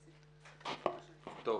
טוב,